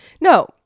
no